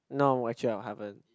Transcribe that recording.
no actually I haven't